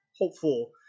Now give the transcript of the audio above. hopeful